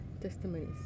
testimonies